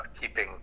keeping